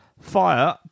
fire